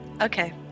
Okay